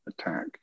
attack